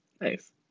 Nice